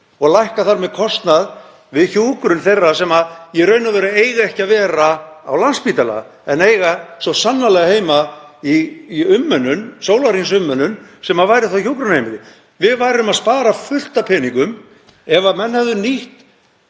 og lækka þar með kostnað við hjúkrun þeirra sem í raun og veru eiga ekki að vera á Landspítala en eiga svo sannarlega heima í sólarhringsumönnun sem væri þá hjúkrunarheimili? Við myndum spara fullt af peningum ef menn hefðu nýtt